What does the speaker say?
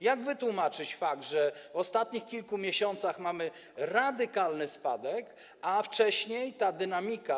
Jak wytłumaczyć fakt, że w ostatnich kilku miesiącach mamy radykalny spadek, a wcześniej ta dynamika.